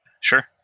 Sure